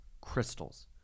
Crystals